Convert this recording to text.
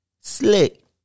slick